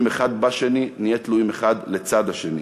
אחד בשני נהיה תלויים אחד לצד השני.